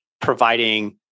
providing